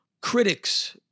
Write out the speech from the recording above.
critics